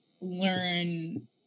learn